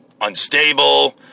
unstable